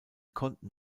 konnten